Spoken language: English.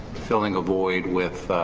filling a void with